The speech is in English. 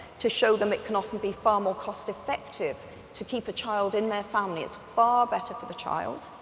to show them it can often be far more cost-effective to keep a child in their family. it's far better for the child.